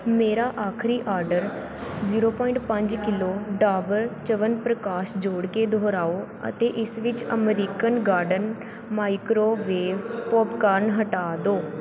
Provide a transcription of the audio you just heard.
ਮੇਰਾ ਆਖਰੀ order zero point ਪੰਜ ਕਿੱਲੋ ਡਾਬਰ ਚਵਨਪ੍ਰਕਾਸ਼ ਜੋੜ ਕੇ ਦੁਹਰਾਓ ਅਤੇ ਇਸ ਵਿੱਚ ਅਮਰੀਕਨ ਗਾਰਡਨ ਮਾਈਕ੍ਰੋਵੇਵ ਪੌਪਕਾਰਨ ਹਟਾ ਦਿਓ